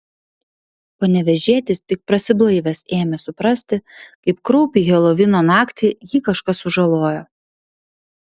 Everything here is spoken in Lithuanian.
panevėžietis tik prasiblaivęs ėmė suprasti kaip kraupiai helovino naktį jį kažkas sužalojo